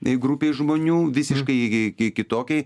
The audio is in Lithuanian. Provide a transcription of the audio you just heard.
ei grupei žmonių visiškai ki ki kitokiai